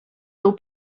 był